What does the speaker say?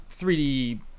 3D